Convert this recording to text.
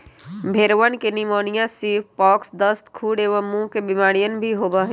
भेंड़वन के pneumonia, sheep pox, दस्त, खुर एवं मुँह के बेमारियन भी होबा हई